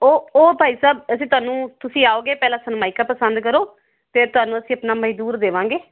ਉਹ ਉਹ ਭਾਈ ਸਾਹਿਬ ਅਸੀਂ ਤੁਹਾਨੂੰ ਤੁਸੀਂ ਆਓਗੇ ਪਹਿਲਾਂ ਸਰਮਾਇਕਾ ਪਸੰਦ ਕਰੋ ਫੇਰ ਤੁਹਾਨੂੰ ਅਸੀਂ ਆਪਣਾ ਮਜ਼ਦੂਰ ਦੇਵਾਂਗੇ